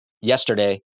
yesterday